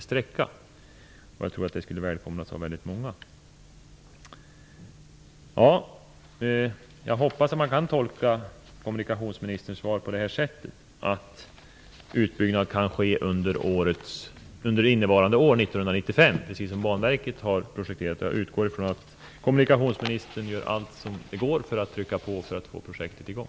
Jag tycker att det också borde vara ett stort samhällsintresse, och jag tror att det skulle välkomnas av många. Jag hoppas att man kan tolka kommunikationsministerns svar så, att utbyggnad kan ske under 1995, precis som Banverket har projekterat. Jag utgår från att kommunikationsministern gör allt som går för att trycka på för att få projektet i gång.